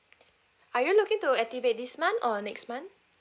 are you looking to activate this month or next month